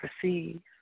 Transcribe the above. perceive